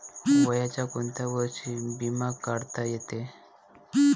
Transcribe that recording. वयाच्या कोंत्या वर्षी बिमा काढता येते?